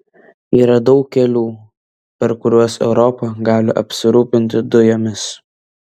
yra daug kelių per kuriuos europa gali apsirūpinti dujomis